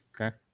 Okay